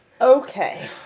okay